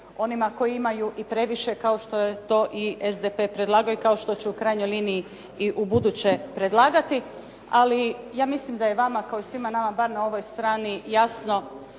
onima koji imaju i previše kao što je to i SDP predlagao i kao što će u krajnjoj liniji i ubuduće predlagati. Ali ja mislim da je vama kao i svima nama bar na ovoj strani jasno,